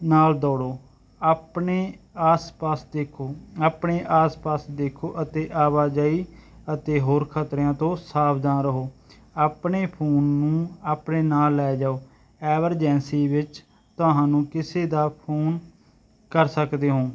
ਨਾਲ ਦੌੜੋ ਆਪਣੇ ਆਸ ਪਾਸ ਦੇਖੋ ਆਪਣੇ ਆਸ ਪਾਸ ਦੇਖੋ ਅਤੇ ਆਵਾਜਾਈ ਅਤੇ ਹੋਰ ਖਤਰਿਆਂ ਤੋਂ ਸਾਵਧਾਨ ਰਹੋ ਆਪਣੇ ਫੋਨ ਨੂੰ ਆਪਣੇ ਨਾਲ ਲੈ ਜਾਓ ਐਮਰਜੈਂਸੀ ਵਿੱਚ ਤੁਹਾਨੂੰ ਕਿਸੇ ਦਾ ਫੋਨ ਕਰ ਸਕਦੇ ਹੋ